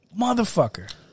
Motherfucker